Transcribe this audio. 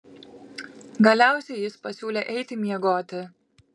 galiausiai jis pasiūlė eiti miegoti